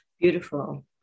Beautiful